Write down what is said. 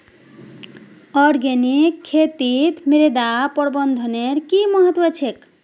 organic खेतीत मृदा प्रबंधनेर कि महत्व छे